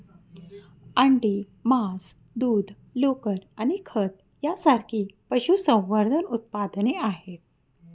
अंडी, मांस, दूध, लोकर आणि खत यांसारखी पशुसंवर्धन उत्पादने आहेत